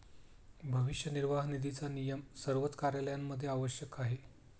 भविष्य निर्वाह निधीचा नियम सर्वच कार्यालयांमध्ये आवश्यक आहे